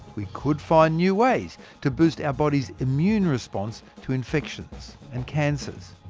we could find new ways to boost our bodies immune response to infections and cancers.